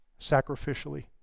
sacrificially